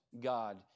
God